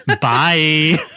bye